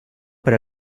per